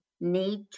need